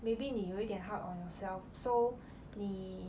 maybe 你有一点 hard on yourself so 你